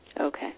Okay